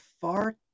far